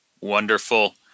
Wonderful